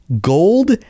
gold